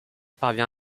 parvient